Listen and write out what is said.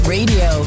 Radio